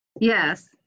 Yes